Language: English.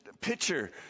pitcher